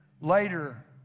Later